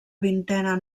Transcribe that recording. vintena